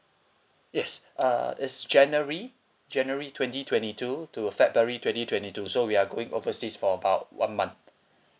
yes uh it's january january twenty twenty two to february twenty twenty two so we are going overseas for about one month